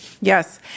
Yes